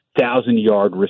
thousand-yard